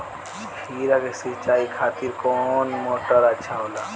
खीरा के सिचाई खातिर कौन मोटर अच्छा होला?